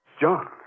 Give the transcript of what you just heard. John